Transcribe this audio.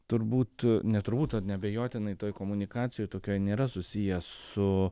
turbūt ne turbūt o neabejotinai toj komunikacijoj tokioj nėra susiję su